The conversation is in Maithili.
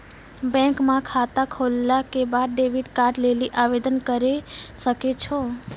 बैंक म खाता खोलला के बाद डेबिट कार्ड लेली आवेदन करै सकै छौ